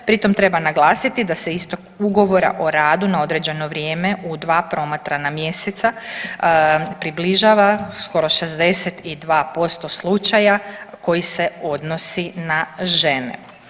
Pritom treba naglasiti da se istek ugovora o radu na određeno vrijeme u dva promatrana mjeseca približava skoro 62% slučaja koji se odnosi na žene.